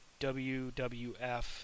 WWF